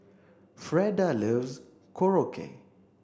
Freda loves korokke